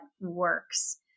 works